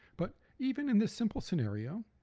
but even in this simple scenario,